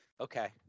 Okay